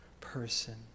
person